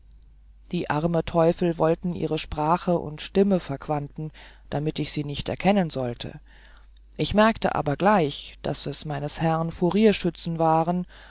die arme teufel wollten ihre sprache und stimme verquanten damit ich sie nicht kennen sollte ich merkte aber gleich daß es meines herrn furierschützen waren